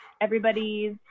Everybody's